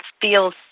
feels